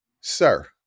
sir